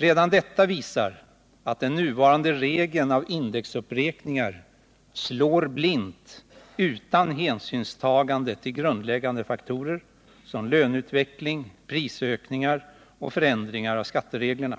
Redan detta visar att den nuvarande regeln för indexuppräkningar slår blint utan hänsynstagande till grundläggande faktorer som löneutveckling, prisökningar och förändringar av skattereglerna.